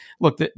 look